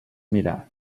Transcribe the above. mirar